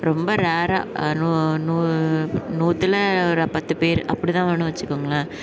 ரொம்ப ரேர்ராக நூற்றுல ஒரு பத்து பேர் அப்படிதானு வச்சுக்கோங்களன்